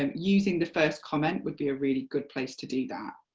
ah using the first comment would be a really good place to do that,